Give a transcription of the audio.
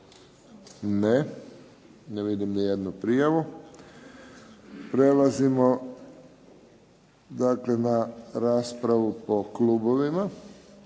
Ne. Ne vidim nijednu prijavu. Prelazimo dakle na raspravu po klubovima.